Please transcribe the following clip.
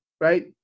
right